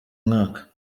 mwaka